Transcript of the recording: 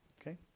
Okay